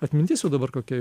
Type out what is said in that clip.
atmintis jau dabar kokia